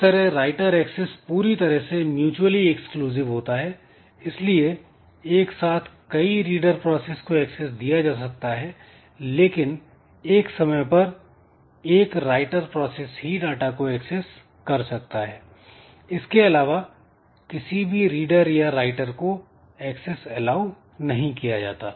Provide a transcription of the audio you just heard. इस तरह writer access पूरी तरह से mutually exclusive होता है इसलिए एक साथ कई रीडर प्रोसेस को एक्सेस दिया जा सकता है लेकिन एक समय पर एक राइटर प्रोसेस ही डाटा को एक्सेस कर सकता है इसके अलावा किसी भी रीडर या राइटर को एक्सेस एलाऊ नहीं किया जाता